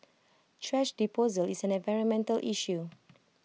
thrash disposal is an environmental issue